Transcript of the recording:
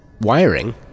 wiring